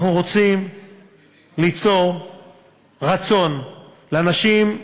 אנחנו רוצים ליצור רצון אצל האנשים,